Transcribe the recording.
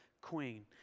queen